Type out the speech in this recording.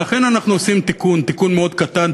לכן, אנחנו עושים תיקון, תיקון מאוד קטן.